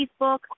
Facebook